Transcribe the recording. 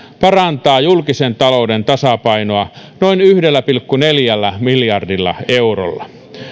parantaa julkisen talouden tasapainoa noin yhdellä pilkku neljällä miljardilla eurolla